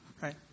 Right